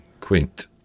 Quint